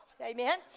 Amen